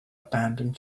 abandoned